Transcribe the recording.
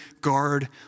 guard